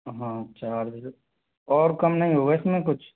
हाँ चार बजे और कम नहीं होगा इस में कुछ